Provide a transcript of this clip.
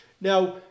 Now